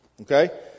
okay